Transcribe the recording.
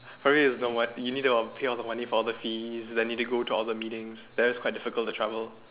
for you is you know what you need to p~ pay all the money for all the fees then need to go for all the meetings that is quite difficult to travel